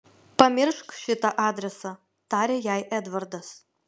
pamiršk šitą adresą tarė jai edvardas